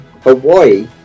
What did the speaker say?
Hawaii